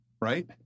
Right